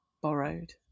borrowed